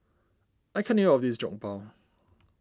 I can't eat all of this Jokbal